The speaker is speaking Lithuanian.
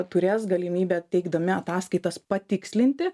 turės galimybę teikdami ataskaitas patikslinti